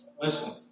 listen